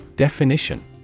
Definition